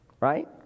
Right